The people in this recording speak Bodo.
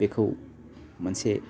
बेखौ मोनसे